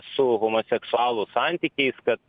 su homoseksualų santykiais kad